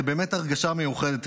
זו באמת הרגשה מיוחדת,